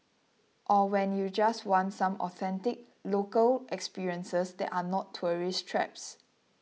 or when you just want some authentic local experiences that are not tourist traps